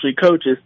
coaches